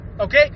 okay